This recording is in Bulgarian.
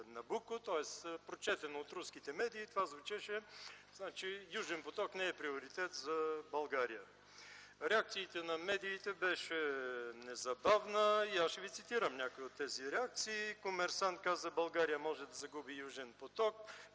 тоест прочетено от руските медии това звучеше, че „Южен поток” не е приоритет за България. Реакцията на медиите беше незабавна. Аз ще ви цитирам някои от тези реакции. „Комерсант” каза: България може да загуби „Южен поток”,